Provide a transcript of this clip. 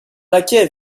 laquais